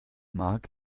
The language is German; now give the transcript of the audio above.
mag